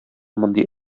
мондый